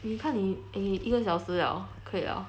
你看你一个小时 liao 可以 liao